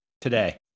today